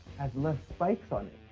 has less spikes on it,